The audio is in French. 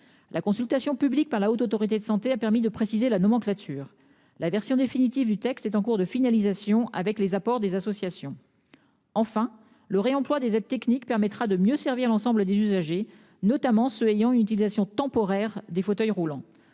La consultation publique par la Haute Autorité de Santé a permis de préciser la nomenclature. La version définitive du texte est en cours de finalisation avec les apports des associations. Enfin le réemploi des aides techniques permettra de mieux servir l'ensemble des usagers notamment ceux ayant une utilisation temporaire des fauteuils roulants.